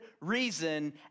reason